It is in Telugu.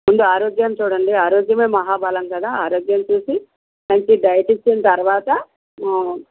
ముందు ఆరోగ్యాన్ని చూడండి ఆరోగ్యమే మహా బలం కదా ఆరోగ్యం చూసి మంచి డైట్ ఇచ్చిన తరువాత